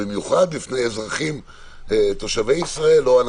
במיוחד בפני אזרחים שהם תושבי ישראל או בפני